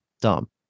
dumb